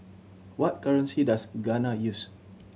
what currency does Ghana use